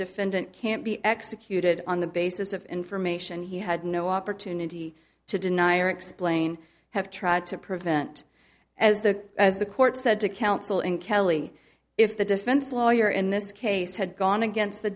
defendant can't be executed on the basis of information he had no opportunity to deny or explain have tried to prevent as the as the court said to counsel and kelly if the defense lawyer in this case had gone against the